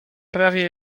prawie